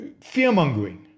fear-mongering